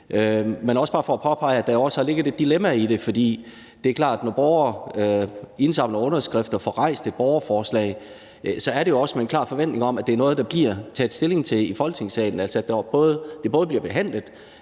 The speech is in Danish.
er også bare for at påpege, at der også har ligget et dilemma i det, for det er klart, at når borgere indsamler underskrifter og får rejst et borgerforslag, er det jo også med en klar forventning om, at det er noget, der bliver taget stilling til i Folketingssalen, altså at det både bliver behandlet,